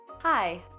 Hi